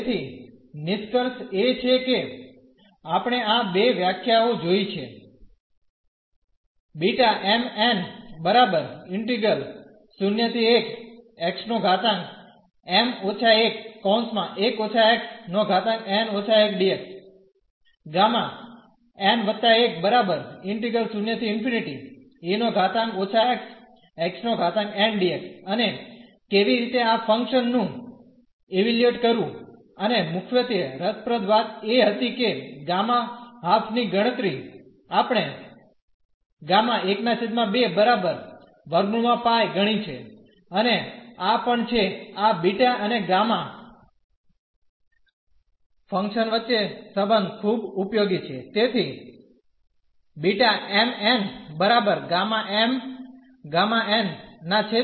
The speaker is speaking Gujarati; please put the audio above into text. તેથી નિષ્કર્ષ એ છે કે આપણે આ બે વ્યાખ્યાઓ જોઇ છે અને કેવી રીતે આ ફંકશન નું ઇવેલ્યુએટ કરવું અને મુખ્યત્વે રસપ્રદ વાત એ હતી કે ગામા હાફ ની ગણતરી આપણે ગણી છે અને આ પણ છે આ બીટા અને ગામા ફંકશન વચ્ચે સંબંધ ખૂબ ઉપયોગી છે